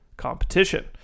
competition